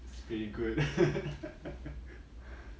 it's pretty good